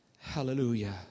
Hallelujah